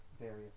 various